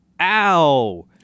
ow